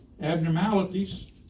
abnormalities